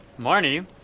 Marnie